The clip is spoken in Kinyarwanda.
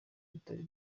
bitari